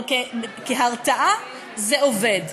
אבל כהרתעה זה עובד.